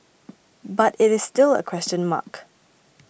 but it is still a question mark